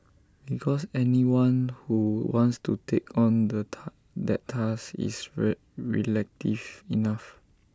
because anyone who wants to take on the that task is re reflective enough